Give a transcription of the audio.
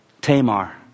Tamar